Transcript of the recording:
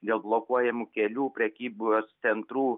dėl blokuojamų kelių prekybos centrų